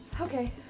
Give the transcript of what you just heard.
Okay